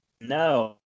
no